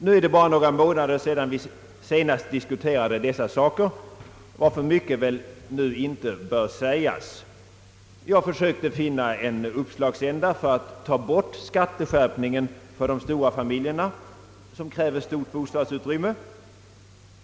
Nu är det ju bara några månader sedan vi senast diskuterade dessa frågor, varför mycket väl inte bör sägas här. Jag försökte finna en uppslagsända för att ta bort skatteskärpningen för de stora familjerna, som kräver stort bostadsutrymme.